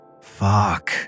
fuck